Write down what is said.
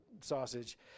sausage